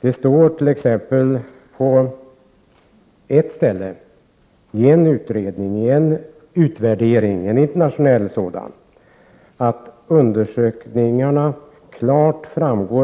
Det framgår t.ex. klart av en internationell undersökning